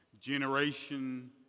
generation